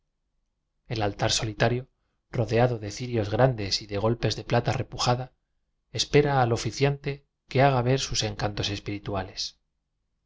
el altar solitario rodeado de cirios grandes y de golpes de plata repujada espera al oficiante que haga ver sus encantos espirituales